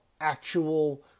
actual